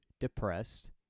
Depressed